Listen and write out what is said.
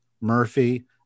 Murphy